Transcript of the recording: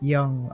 Young